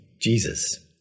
Jesus